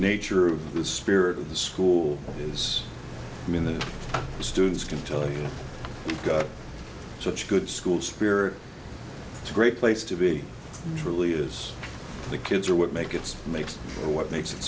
nature of the spirit of the school is i mean the students can tell you such a good school spirit it's a great place to be truly is the kids are what make it makes what makes it